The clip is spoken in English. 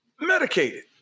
medicated